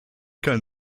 kein